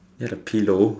you have a pillow